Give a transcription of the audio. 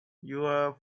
your